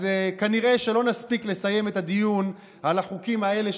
כנראה לא נספיק לסיים את הדיון על החוקים האלה,